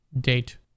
Date